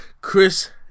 Chris